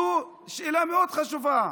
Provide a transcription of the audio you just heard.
זו שאלה מאוד חשובה.